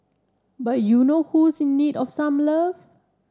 but you know who is in need of some love